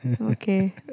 Okay